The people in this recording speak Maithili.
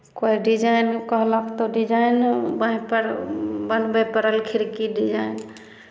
कोइ डिजाइन कहलक तऽ डिजाइन बाँहिपर बनबय पड़ल खिड़की डिजाइन